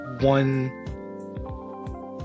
one